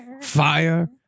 fire